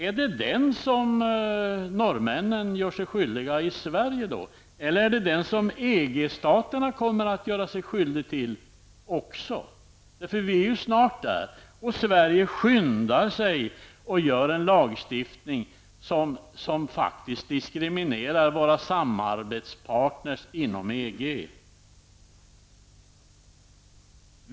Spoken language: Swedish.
Är det norrmännen som gör sig skyldiga till en social dumpning i Sverige, eller är det en social dumpning som också EG-staterna kommer att göra sig skyldiga till i framtiden? Vi är snart där, medan Sverige skyndar sig att införa en lagstiftning som kommer att diskriminera våra samarbetspartner inom EG.